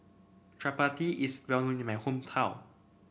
Chappati is well known in my hometown